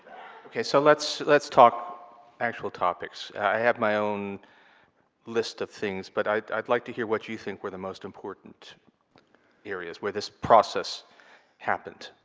ok, so let's let's talk actual topics. i have my own list of things but i'd i'd like to hear what you think were the most important areas, where this process happened.